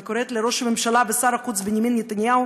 אני קוראת לראש הממשלה ושר החוץ בנימין נתניהו